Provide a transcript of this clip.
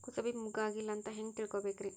ಕೂಸಬಿ ಮುಗ್ಗ ಆಗಿಲ್ಲಾ ಅಂತ ಹೆಂಗ್ ತಿಳಕೋಬೇಕ್ರಿ?